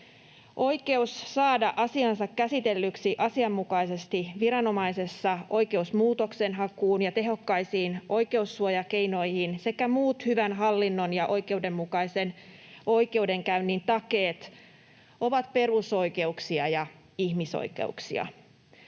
Oikeus saada asiansa käsitellyksi asianmukaisesti viranomaisessa, oikeus muutoksenhakuun ja tehokkaisiin oikeussuojakeinoihin sekä muut hyvän hallinnon ja oikeudenmukaisen oikeudenkäynnin takeet ovat perusoikeuksia ja ihmisoikeuksia.